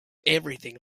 everything